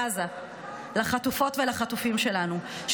בעזה לחטופות ולחטופים שלנו,